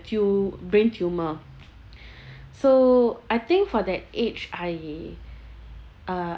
few brain tumor so I think for that age I uh